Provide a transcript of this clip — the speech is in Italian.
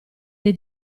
dei